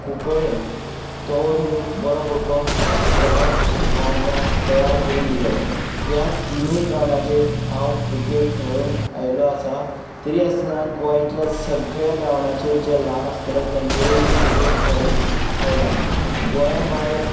कुकळें तो बीन एक बरो पुरको ग्रावंड हो आमकां तयार करून दिलो ह्या तिनूय ग्रावंडाचेर हांव क्रिकेट खेळून आयिल्लो आसा तरी आसतना गोंयांतल्या सगळ्या ग्रावंडाचेर जे ल्हान आसतले तांचेरूय बीन क्रिकेट खेळून आयला गोंया भायर